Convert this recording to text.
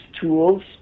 tools